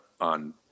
on